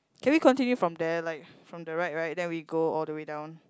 can we continue from there like from the right right then we go all the way down